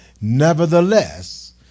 Nevertheless